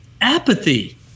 Apathy